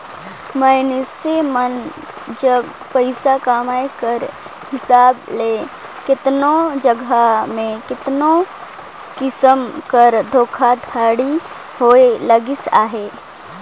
मइनसे मन जग पइसा कमाए कर हिसाब ले केतनो जगहा में केतनो किसिम कर धोखाघड़ी होए लगिस अहे